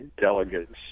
delegates